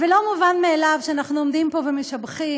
ולא מובן מאליו שאנחנו עומדים פה ומשבחים